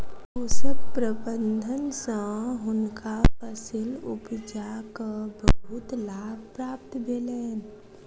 पोषक प्रबंधन सँ हुनका फसील उपजाक बहुत लाभ प्राप्त भेलैन